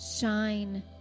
Shine